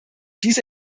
diese